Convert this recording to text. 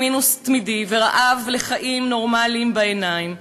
עם מינוס תמידי ורעב לחיים נורמליים בעיניים,